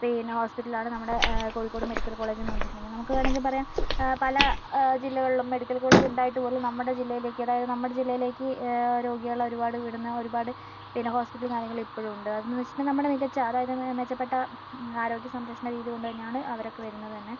പിന്നെ ഹോസ്പിറ്റലാണ് നമ്മുടെ കോഴിക്കോട് മെഡിക്കൽ കോളേജെന്ന് വെച്ചിട്ടുണ്ടങ്കിൽ നമുക്ക് വേണങ്കിമെങ്കിൽ പറയാം പല ജില്ലകളിലും മെഡിക്കൽ കോളേജ് ഉണ്ടായിട്ടുപോലും നമ്മുടെ ജില്ലയിലേക്ക് അതായത് നമ്മുടെ ജില്ലയിലേക്ക് രോഗികൾ ഒരുപാട് ഇവിടെനിന്ന് ഒരുപാട് പിന്നെ ഹോസ്പിറ്റൽ കാര്യങ്ങള് ഇപ്പോഴുമുണ്ട് അതെന്ന് വെച്ചിട്ടുണ്ടെങ്കിൽ നമ്മുടെ മികച്ച അതായത് മെച്ചപ്പെട്ട ആരോഗ്യ സംരക്ഷണ രീതി കൊണ്ടുതന്നെയാണ് അവരൊക്കെ വരുന്നത് തന്നെ